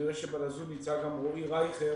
אני רואה שבזום נמצא גם רועי רייכר,